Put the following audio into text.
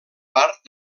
part